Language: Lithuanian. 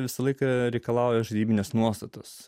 visą laiką reikalauja žaidybinės nuostatos